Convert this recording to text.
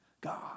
God